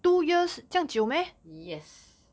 yes